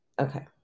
Okay